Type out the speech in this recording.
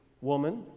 Woman